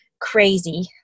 crazy